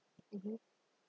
mmhmm